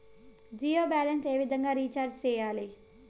Jio balance ఏ విధంగా recharge సేయాలి?